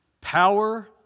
power